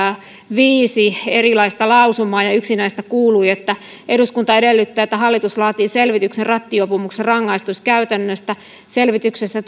viisi erilaista lausumaa ja yksi näistä kuului eduskunta edellyttää että hallitus laatii selvityksen rattijuopumuksen rangaistuskäytännöstä selvityksessä